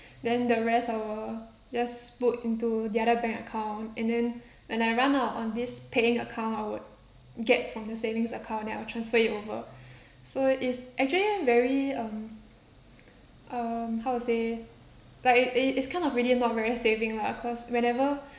then the rest I will just put into the other bank account and then when I run out on this paying account I would get from the savings account then I will transfer it over so it's actually very um um how to say like it it it's kind of really not very saving lah cause whenever